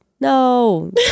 No